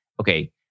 okay